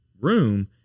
room